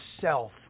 self